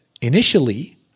initially